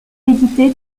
édité